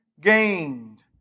gained